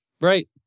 Right